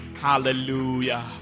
Hallelujah